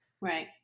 Right